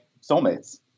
soulmates